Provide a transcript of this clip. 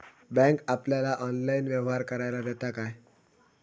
Bank आपल्याला online व्यवहार करायला देता काय?